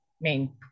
main